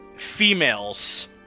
females